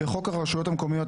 בחוק הרשויות המקומיות,